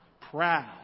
proud